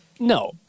No